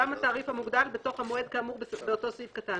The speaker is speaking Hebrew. התעריף המוגדל בתוך המועד כאמור באותו סעיף קטן,